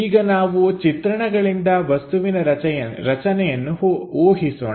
ಈಗ ನಾವು ಚಿತ್ರಣಗಳಿಂದ ವಸ್ತುವಿನ ರಚನೆಯನ್ನು ಊಹಿಸೋಣ